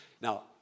Now